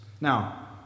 Now